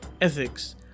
ethics